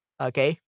Okay